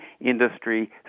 industry